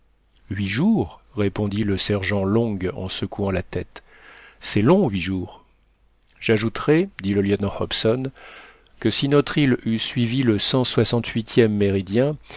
huit jours répondit le sergent long en secouant la tête c'est long huit jours j'ajouterai dit le lieutenant hobson que si notre île eût suivi le cent